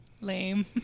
lame